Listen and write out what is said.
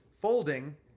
folding